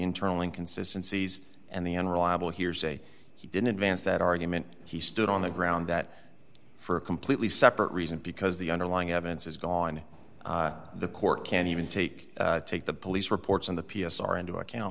internal inconsistencies and the unreliable hearsay he didn't advance that argument he stood on the ground that for a completely separate reason because the underlying evidence is gone the court can't even take take the police reports on the p s r into account